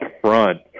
front